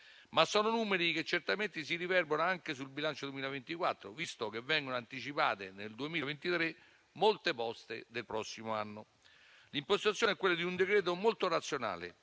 Ma sono numeri che certamente si riverberano anche sul bilancio 2024, visto che vengono anticipate al 2023 molte poste del prossimo anno. L'impostazione è quella di un decreto molto razionale